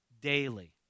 daily